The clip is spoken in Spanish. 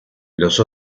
los